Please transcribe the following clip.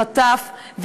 בחטף,